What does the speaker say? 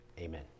Amen